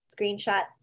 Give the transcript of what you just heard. Screenshot